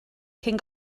cyn